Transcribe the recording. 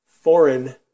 foreign